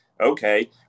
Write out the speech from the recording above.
okay